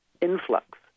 influx